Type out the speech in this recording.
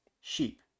sheep